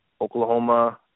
Oklahoma